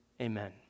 amen